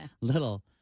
Little